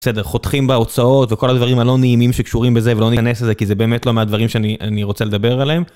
חותכים בהוצאות וכל הדברים הלא נעימים שקשורים בזה ולא ניכנס לזה כי זה באמת לא מהדברים שאני רוצה לדבר עליהם.